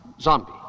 Zombie